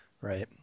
right